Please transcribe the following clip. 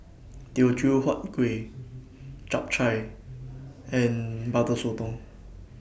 Teochew Huat Kueh Chap Chai and Butter Sotong